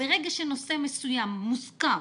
ברגע שנושא מסוים מוזכר